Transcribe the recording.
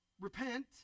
Repent